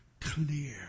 clear